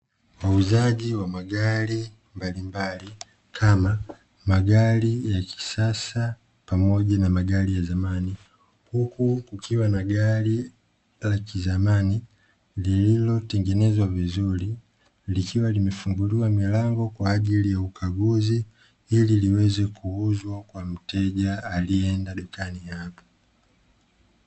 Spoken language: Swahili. Uuzaji wamagari mbalimbali kama magari ya kisasa pamoja na magari ya zamani, huku kukiwa na gari la kizamani lililotengenezwa vizuri likiwa limefunguliwa milango kwa ajili ya ukaguzi ili liweze kuuzwa kwa mteja aliyeenda dukani hapo.